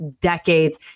decades